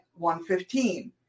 115